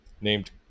named